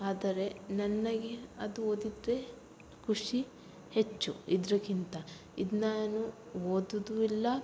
ಆದರೆ ನನಗೆ ಅದು ಓದಿದರೆ ಖುಷಿ ಹೆಚ್ಚು ಇದಕ್ಕಿಂತ ಇದು ನಾನು ಓದೋದು ಇಲ್ಲ